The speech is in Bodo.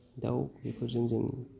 दाउ बेफोरजों जों